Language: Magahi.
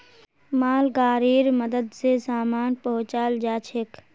मालगाड़ीर मदद स सामान पहुचाल जाछेक